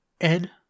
Ed